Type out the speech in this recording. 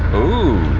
ooooh!